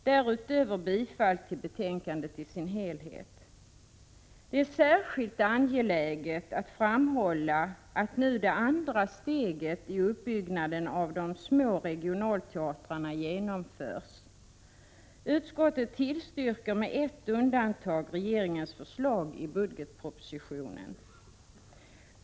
Därutöver yrkar jag bifall till utskottets hemställan i dess helhet. Det är särskilt angeläget att framhålla att nu det andra steget i uppbyggnaden av de små regionteatrarna genomförs. Utskottet tillstyrker med ett undantag regeringens förslag i budgetpropositionen.